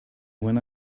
when